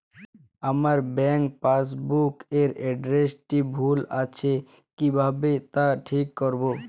আমার bank passbook এর এড্রেসটি ভুল আছে কিভাবে তা ঠিক করবো?